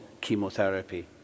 chemotherapy